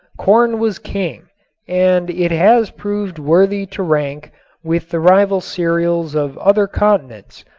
corn was king and it has proved worthy to rank with the rival cereals of other continents,